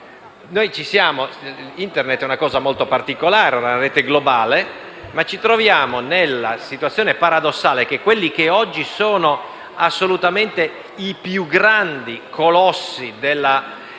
all'estero. Internet è una cosa molto particolare, è una rete globale, ma ci troviamo nella situazione paradossale che quelli che oggi sono assolutamente i più grandi colossi